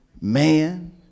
man